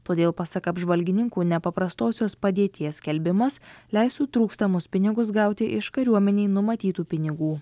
todėl pasak apžvalgininkų nepaprastosios padėties skelbimas leistų trūkstamus pinigus gauti iš kariuomenei numatytų pinigų